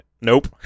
Nope